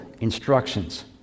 instructions